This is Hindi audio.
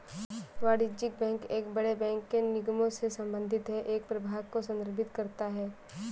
वाणिज्यिक बैंक एक बड़े बैंक के निगमों से संबंधित है एक प्रभाग को संदर्भित करता है